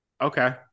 okay